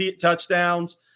touchdowns